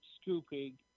scooping